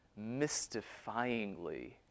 mystifyingly